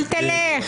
אל תלך.